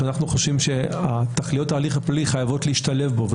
שאנחנו חושבים תכליות ההליך הפלילי חייבות להשתלב בו,